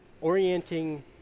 orienting